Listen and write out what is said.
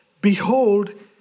behold